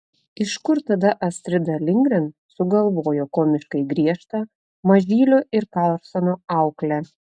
iš kur tada astrida lindgren sugalvojo komiškai griežtą mažylio ir karlsono auklę